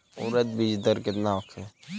उरद बीज दर केतना होखे?